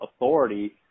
authority